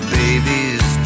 baby's